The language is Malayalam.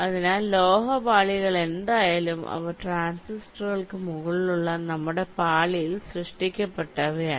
അതിനാൽ ലോഹ പാളികൾ എന്തായാലും അവ ട്രാൻസിസ്റ്ററുകൾക്ക് മുകളിലുള്ള നമ്മുടെ പാളിയിൽ സൃഷ്ടിക്കപ്പെട്ടവയാണ്